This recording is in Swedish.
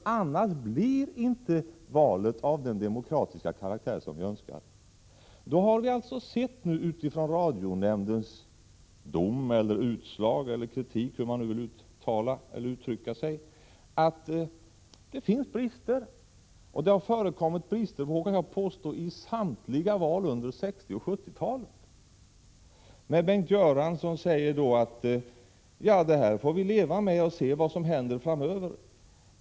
Valet blir annars inte av den demokratiska karaktär vi önskar. Vi har nu sett utifrån radionämndens dom, utslag, kritik eller vad man önskar uttrycka, att det finns brister. Det har förekommit brister under samtliga val under 1960 och 1970-talen. Bengt Göransson säger: Detta får vi leva med och se vad som händer framöver.